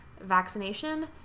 vaccination